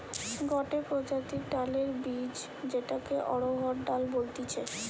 গটে প্রজাতির ডালের বীজ যেটাকে অড়হর ডাল বলতিছে